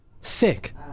sick